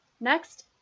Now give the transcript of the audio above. next